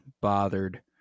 bothered